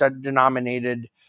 denominated